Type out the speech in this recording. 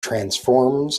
transforms